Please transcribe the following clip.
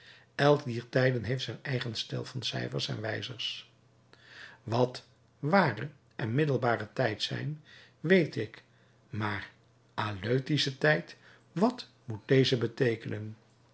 elk dier tijden heeft zijn eigen stel van cijfers en wijzers wat ware en middelbare tijd zijn weet ik maar aleutische tijd wat moet deze beteekenen